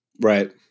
Right